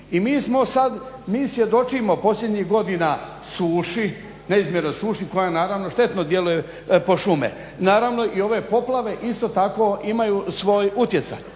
mi svjedočimo posljednjih godina suši, neizmjernoj suši koja naravno štetno djeluje po šume. Naravno i ove poplave isto tako imaju svoj utjecaj.